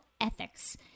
ethics